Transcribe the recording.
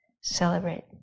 celebrate